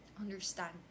understand